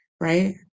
right